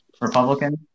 Republican